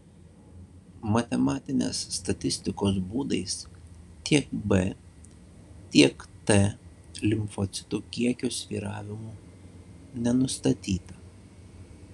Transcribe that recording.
matematinės statistikos būdais tiek b tiek t limfocitų kiekio svyravimų nenustatyta